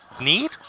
Need